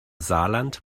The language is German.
saarland